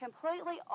completely